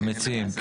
המציעים.